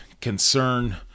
concern